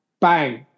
Bang